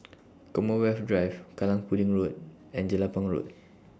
Commonwealth Drive Kallang Pudding Road and Jelapang Road